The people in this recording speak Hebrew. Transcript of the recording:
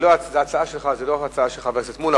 בהצעה של חבר הכנסת מולה.